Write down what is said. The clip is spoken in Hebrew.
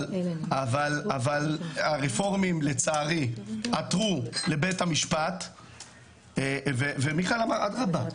אבל הרפורמים לצערי עתרו לבית המשפט ומיכאל אמר 'אדרבה,